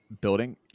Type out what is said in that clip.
building